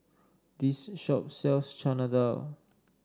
this shop sells Chana Dal